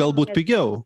galbūt pigiau